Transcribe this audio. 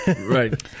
Right